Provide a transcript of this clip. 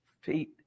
feet